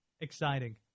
Exciting